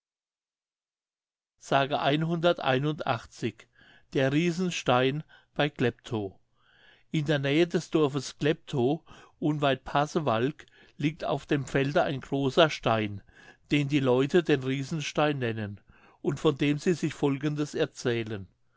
der riesenstein bei kleptow in der nähe des dorfes kleptow unweit pasewalk liegt auf dem felde ein großer stein den die leute den riesenstein nennen und von dem sie sich folgendes erzählen